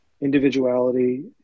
individuality